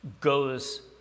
goes